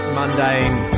mundane